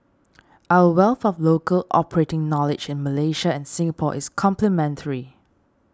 our wealth of local operating knowledge in Malaysia and Singapore is complementary